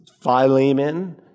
Philemon